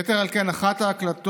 יתר על כן, אחת ההקלטות